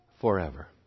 forever